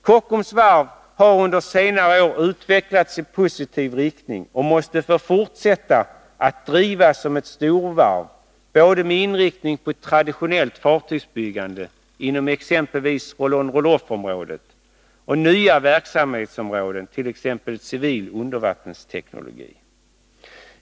Kockums varv har under senare år utvecklats i positiv riktning och måste få fortsätta att drivas som storvarv med inriktning både på traditionellt fartygsbyggande inom exempelvis ro-ro-området och på nya verksamhetsområden, t.ex. civil undervattensteknologi.